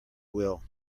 will